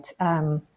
right